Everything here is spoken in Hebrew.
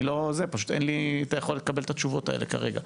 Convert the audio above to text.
אין לי יכולת לקבל את התשובות האלה כרגע.